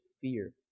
fear